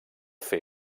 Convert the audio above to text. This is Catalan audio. fer